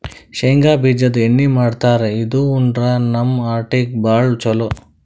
ಶೇಂಗಾ ಬಿಜಾದು ಎಣ್ಣಿ ಮಾಡ್ತಾರ್ ಇದು ಉಂಡ್ರ ನಮ್ ಹಾರ್ಟಿಗ್ ಭಾಳ್ ಛಲೋ